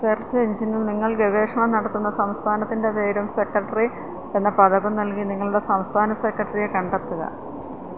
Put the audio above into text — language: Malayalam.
സെർച്ച് എഞ്ചിനിൽ നിങ്ങൾ ഗവേഷണം നടത്തുന്ന സംസ്ഥാനത്തിൻ്റെ പേരും സെക്രട്ടറി എന്ന പദവും നൽകി നിങ്ങളുടെ സംസ്ഥാന സെക്രട്ടറിയെ കണ്ടെത്തുക